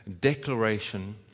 declaration